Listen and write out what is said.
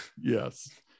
Yes